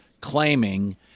claiming